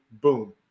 Boom